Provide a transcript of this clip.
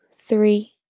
Three